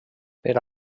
per